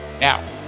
Now